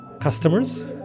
customers